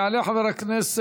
יעלה חבר הכנסת